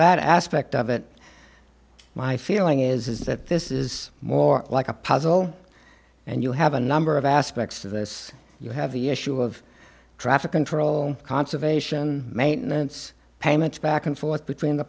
that aspect of it my feeling is that this is more like a puzzle and you have a number of aspects of this you have the issue of traffic control conservation maintenance payments back and forth between the